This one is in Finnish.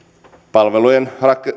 palvelujen